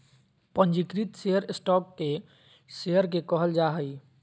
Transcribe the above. पंजीकृत share stock के share के कहल जा हइ